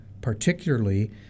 particularly